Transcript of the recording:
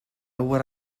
would